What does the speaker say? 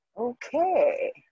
Okay